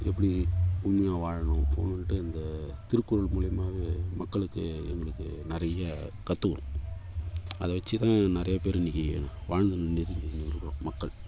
எப்படி உண்மையாக வாழணும் போகணுன்ட்டு இந்த திருக்குறள் மூலிமாவே மக்களுக்கு எங்களுக்கு நிறைய கற்றுக்குனோம் அதை வச்சு தான் நிறையா பேர் இன்றைக்கி வாழ்ந்து முன்னேறி இருக்கிறோம் மக்கள்